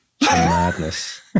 madness